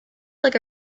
like